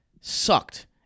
sucked